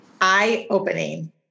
Eye-opening